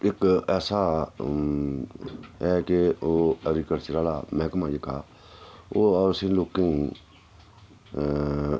इक ऐसा ऐ कि ओह् ऐग्रीकल्चर आह्ला मैह्कमा जेह्का ओह् उसी लोकें गी